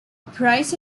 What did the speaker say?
price